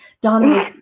Donna